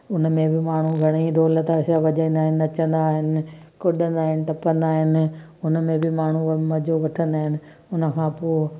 उन में बि माण्हू घणे ई ढोल ताशा वॼाईंदा आहिनि नचंदा आहिनि कुॾंदा आहिनि टपंदा आहिनि हुन में बि माण्हू मज़ो वठंदा आहिनि उन खां पोइ